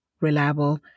reliable